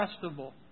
festival